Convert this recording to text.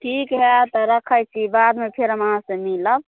ठीक है तऽ रखैत छी बादमे फेर हम अहाँ से मिलब